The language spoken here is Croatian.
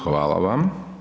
Hvala vam.